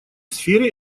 сфере